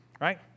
right